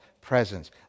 presence